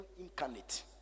incarnate